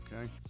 okay